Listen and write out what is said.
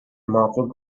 muffled